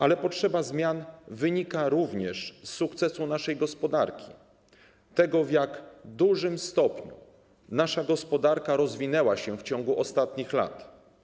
Ale potrzeba zmian wynika również z sukcesu naszej gospodarki, tego, w jak dużym stopniu nasza gospodarka rozwinęła się w ciągu ostatnich lat.